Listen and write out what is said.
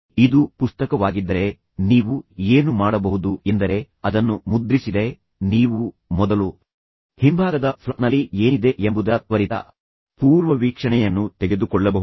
ಇದು ಪುಸ್ತಕವಾಗಿದ್ದರೆ ನೀವು ಏನು ಮಾಡಬಹುದು ಎಂದರೆ ಅದನ್ನು ಮುದ್ರಿಸಿದರೆ ನೀವು ಮೊದಲು ಹಿಂಭಾಗದ ಫ್ಲಾಪ್ನಲ್ಲಿ ಏನಿದೆ ಎಂಬುದರ ತ್ವರಿತ ಪೂರ್ವವೀಕ್ಷಣೆಯನ್ನು ತೆಗೆದುಕೊಳ್ಳಬಹುದು